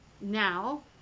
now